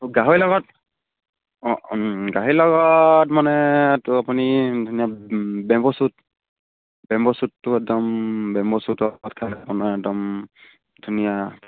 গাহৰি লগত অঁ গাহৰি লগত মানে তো আপুনি ধুনীয়া বেম্ব' শ্বুট বেম্ব' শ্বুটটো একদম বেম্ব' শ্বুটৰ আপোনাৰ একদম ধুনীয়া